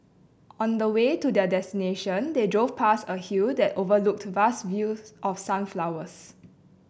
on the way to their destination they drove past a hill that overlooked vast fields of sunflowers